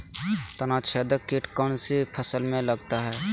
तनाछेदक किट कौन सी फसल में लगता है?